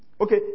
Okay